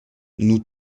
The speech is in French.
nous